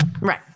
Right